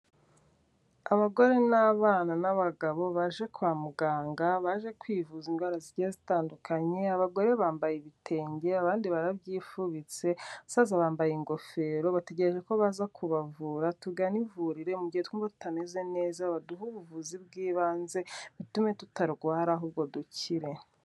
Abagore n'abana n'abagabo baje kwa muganga, baje kwivuza indwara zigiye zitandukanye, abagore bambaye ibitenge, abandi barabyifubitse, abasaza bambaye ingofero bategereje ko baza kubavura, tugane ivuriro mu gihe twumva tutameze neza, baduhe ubuvuzi bw'ibanze, butume tutarwara ahubwo dukire.